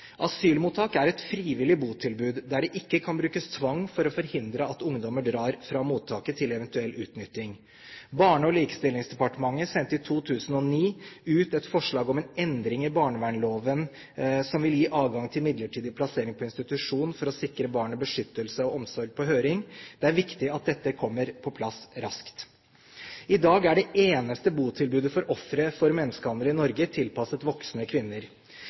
Asylmottak er et frivillig botilbud der det ikke kan brukes tvang for å forhindre at ungdommer drar fra mottaket til eventuell utnytting. Barne- og likestillingsdepartementet sendte i 2009 ut på høring et forslag om en endring i barnevernloven som vil gi adgang til midlertidig plassering på institusjon for å sikre barnet beskyttelse og omsorg. Det er viktig at dette kommer på plass raskt. I dag er det eneste botilbudet for ofre for menneskehandel i Norge tilpasset voksne kvinner.